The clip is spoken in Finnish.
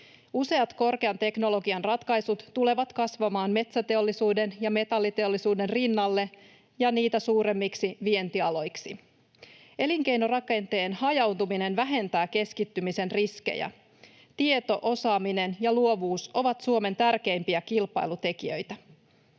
Useat korkean teknologian ratkaisut tulevat kasvamaan metsäteollisuuden ja metalliteollisuuden rinnalle ja niitä suuremmiksi vientialoiksi. Elinkeinorakenteen hajautuminen vähentää keskittymisen riskejä. Tieto, osaaminen ja luovuus ovat Suomen tärkeimpiä kilpailutekijöitä.